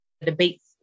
debates